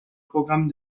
programmes